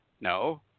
No